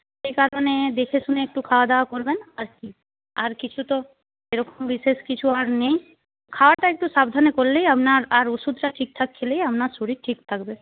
সেই কারণে দেখেশুনে একটু খাওয়া দাওয়া করবেন আর কি আর কিছু তো সেরকম বিশেষ কিছু আর নেই খাওয়াটা একটু সাবধানে করলেই আপনার আর ওষুধটা ঠিকঠাক খেলেই আপনার শরীর ঠিক থাকবে